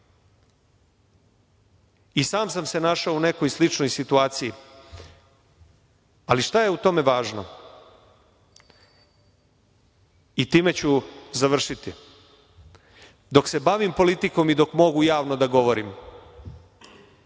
i sam sam se našao u nekoj sličnoj situaciji, ali šta je u tome važno i time ću završiti? Dok se bavim politikom i dok mogu javno da govorim